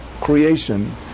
creation